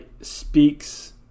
speaks